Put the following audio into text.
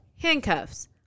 handcuffs